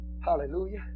Hallelujah